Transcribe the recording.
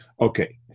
Okay